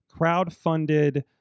crowdfunded